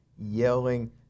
yelling